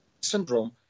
Syndrome